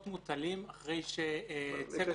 מוטלים אחרי שצוות מחלקת התביעות --- בקטע